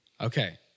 okay